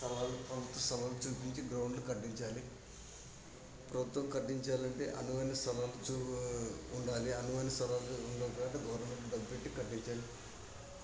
స్థలాలు సొంత స్థలాలు చూపించి గ్రౌండ్లు కట్టించాలి ప్రభుత్వం కట్టించాలంటే అనువైన స్థలాలు చువా ఉండాలి అనువైన స్థలము ఉన్నప్పుడే గవర్నమెంట్ డబ్బు పెట్టి కట్టించాలి